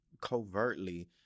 covertly